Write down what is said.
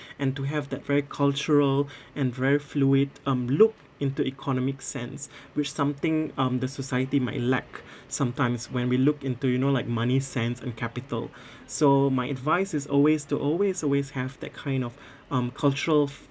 and to have that very cultural and very fluid um look into economic sense which something um the society might lack sometimes when we look into you know like money sense and capital so my advice is always to always always have that kind of um cultural